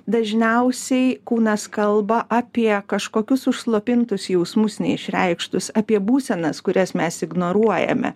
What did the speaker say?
dažniausiai kūnas kalba apie kažkokius užslopintus jausmus išreikštus apie būsenas kurias mes ignoruojame